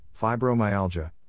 fibromyalgia